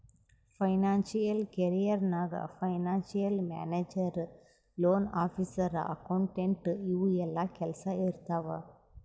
financial career ನಾಗ್ financial manager, loan officer, accountant ಇವು ಎಲ್ಲಾ ಕೆಲ್ಸಾ ಇರ್ತಾವ್